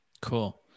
Cool